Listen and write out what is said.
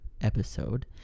episode